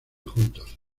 juntos